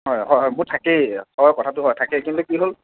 হয় হয় মোৰ থাকেই হয় কথাটো হয় থাকেই কিন্তু কি হ'ল